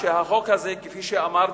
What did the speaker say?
החוק הזה, כפי שאמרתי,